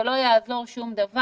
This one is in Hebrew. זה לא יעזור שום דבר.